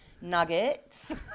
nuggets